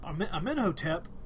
Amenhotep